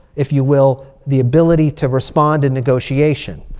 if you will, the ability to respond in negotiation.